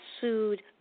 sued